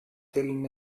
dylan